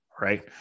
right